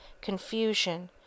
confusion